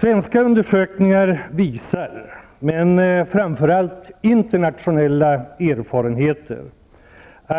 Svenska undersökningar, men framför allt internationella erfarenheter, visar